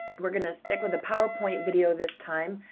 we're gonna stick with a powerpoint video this time.